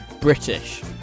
British